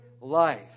life